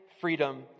freedom